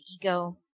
ego